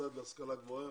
מוסד להשכלה גבוהה